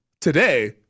today